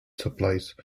supplies